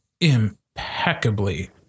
impeccably